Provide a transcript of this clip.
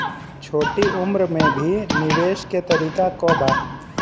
छोटी उम्र में भी निवेश के तरीका क बा?